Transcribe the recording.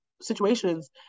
situations